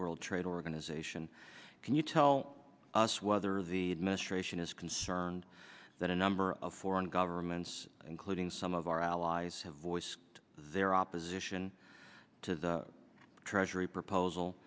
world trade organization can you tell us whether the administration is concerned that a number of foreign governments including some of our allies have voiced their opposition to the treasury proposal